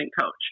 coach